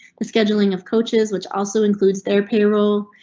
the scheduling of coaches which also includes their payroll.